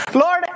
Lord